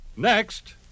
Next